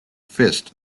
fist